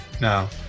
No